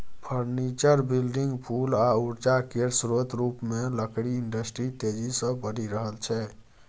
furniture, building, पुल आ उर्जा केर स्रोत रुपमे लकड़ी इंडस्ट्री तेजी सँ बढ़ि रहल छै